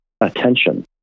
attention